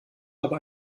aber